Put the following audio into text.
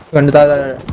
and other